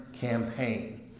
campaign